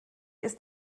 ist